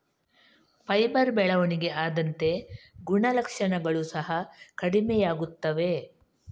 fibre ಬೆಳವಣಿಗೆ ಆದಂತೆ ಗುಣಲಕ್ಷಣಗಳು ಸಹ ಕಡಿಮೆಯಾಗುತ್ತವೆ